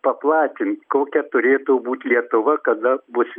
paplatint kokia turėtų būt lietuva kada bus